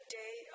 day